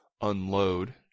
unload